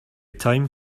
time